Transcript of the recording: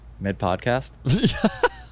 Mid-podcast